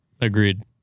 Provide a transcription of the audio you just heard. Agreed